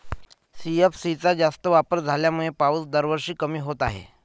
CFC चा जास्त वापर झाल्यामुळे पाऊस दरवर्षी कमी होत आहे